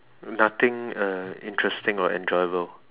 nothing uh interesting or enjoyable